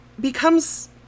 becomes